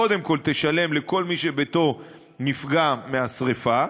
קודם כול תשלם לכל מי שביתו נפגע מהשרפה,